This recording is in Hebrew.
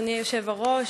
אדוני היושב-ראש,